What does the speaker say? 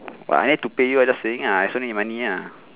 but I need to pay you I just saying ah I also need money ah